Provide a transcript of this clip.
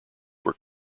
were